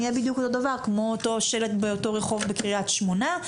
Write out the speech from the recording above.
הוא יהיה בדיוק אותו דבר כמו אותו שלט באותו רחוב בקרית שמונה.